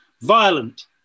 violent